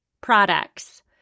products